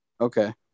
Okay